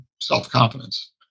self-confidence